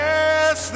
Yes